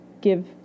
give